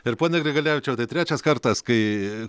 ir pone grigalevičiau tai trečias kartas kai